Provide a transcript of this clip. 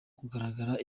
kugaragara